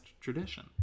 tradition